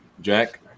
Jack